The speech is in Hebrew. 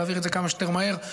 להעביר את זה כמה שיותר מהר.